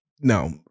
no